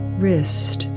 wrist